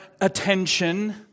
attention